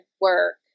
work